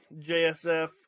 JSF